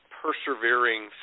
persevering